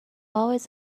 always